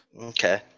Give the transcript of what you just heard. Okay